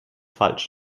falsch